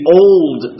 old